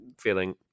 feeling